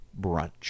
brunch